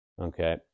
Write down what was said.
Okay